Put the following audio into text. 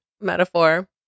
metaphor